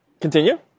Continue